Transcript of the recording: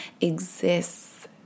exists